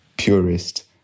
purist